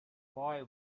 boy